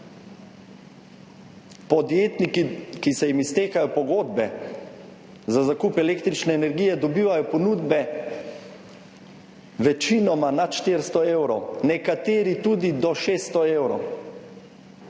Podjetniki, ki se jim iztekajo pogodbe za zakup električne energije, dobivajo ponudbe večinoma nad 400 evrov, nekateri tudi do 600 evrov.